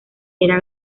era